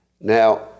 Now